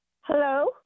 Hello